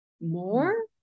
more